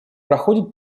проходит